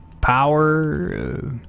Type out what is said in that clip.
Power